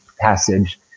passage